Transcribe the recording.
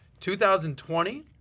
2020